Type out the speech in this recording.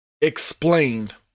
explained